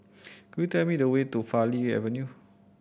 could you tell me the way to Farleigh Avenue